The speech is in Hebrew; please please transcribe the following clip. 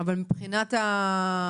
גם אם הם במצב הזה לפי פסקה (3א),